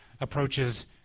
approaches